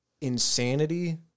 insanity